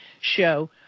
show